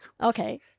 Okay